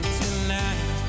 tonight